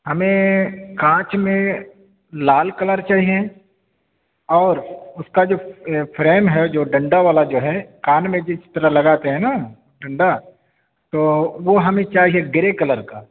ہمیں کانچ میں لال کلر چاہیے اور اس کا جو فریم ہے جو ڈنڈا والا جو ہے کان میں جس طرح لگاتے ہیں نا ڈنڈا تو وہ ہمیں چاہیے گرے کلر کا